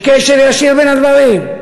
יש קשר ישיר בין הדברים,